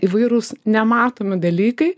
įvairūs nematomi dalykai